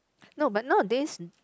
no but nowadays